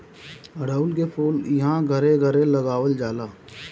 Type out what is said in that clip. अढ़उल के फूल इहां घरे घरे लगावल जाला